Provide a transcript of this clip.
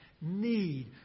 need